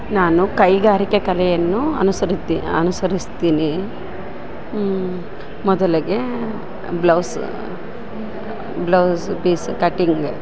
ನಾನು ಕೈಗಾರಿಕೆ ಕಲೆಯನ್ನು ಅನುಸರದ್ದಿ ಅನುಸರಿಸ್ತೀನಿ ಮೊದಲಿಗೆ ಬ್ಲೌಸ್ ಬ್ಲೌಸ್ ಪೀಸ ಕಟ್ಟಿಂಗ